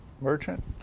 merchant